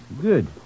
Good